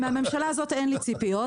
מהממשלה הזו אין לי ציפיות,